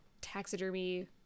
taxidermy